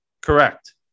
Correct